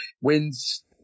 wins